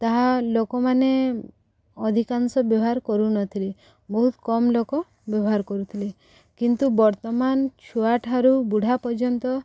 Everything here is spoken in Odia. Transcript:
ତାହା ଲୋକମାନେ ଅଧିକାଂଶ ବ୍ୟବହାର କରୁନଥିଲେ ବହୁତ କମ୍ ଲୋକ ବ୍ୟବହାର କରୁଥିଲେ କିନ୍ତୁ ବର୍ତ୍ତମାନ ଛୁଆଠାରୁ ବୁଢ଼ା ପର୍ଯ୍ୟନ୍ତ